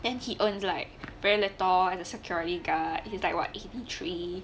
then he earns like very little as a security guard hes like what eighty three